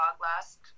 last